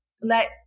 let